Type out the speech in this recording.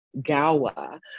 Gawa